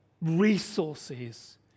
resources